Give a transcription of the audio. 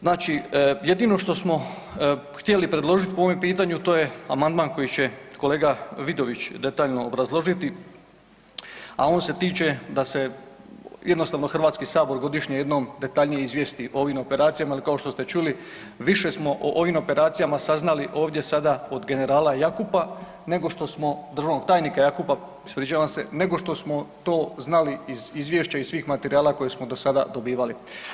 Znači, jedino što smo htjeli predložit po ovom pitanju, to je amandman koji će kolega Vidović detaljno obrazložiti, a on se tiče da se jednostavno HS godišnje jednom detaljnije izvijesti o ovim operacijama, ali kao što ste čuli, više smo o ovim operacijama saznali ovdje sada od generala Jakopa nego što smo, državnog tajnika Jakopa, ispričavam se, nego što smo to znali iz izvješća i svih materijala koje smo do sada dobivali.